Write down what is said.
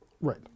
Right